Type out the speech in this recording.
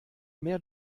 mehr